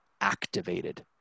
activated